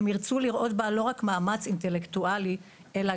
הם ירצו לראות בה לא רק מאמץ אינטלקטואלי אלא